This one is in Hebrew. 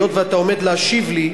היות שאתה עומד להשיב לי,